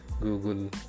Google